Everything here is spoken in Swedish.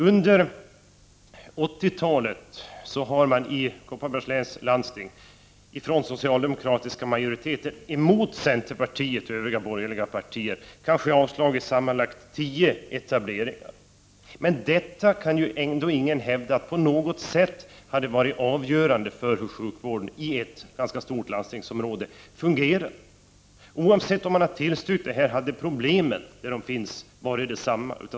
Under 1980-talet har den socialdemokratiska majoriteten i Kopparbergs läns landsting, mot centerpartiets och övriga borgerliga partiers vilja, avslagit kanske tio ansökningar om etablering. Men ingen kan ju hävda att detta på något sätt har varit avgörande för hur sjukvården i ett ganska stort landstingsområde fungerat. Oavsett om man tillstyrkt hade problemen varit av samma art och samma volym.